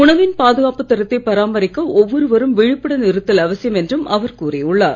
உணவின் பாதுகாப்புத் தரத்தை பராமரிக்க ஒவ்வொருவரும் விழிப்புடன் இருத்தல் அவசியம் என்றும் அவர் கூறியுள்ளார்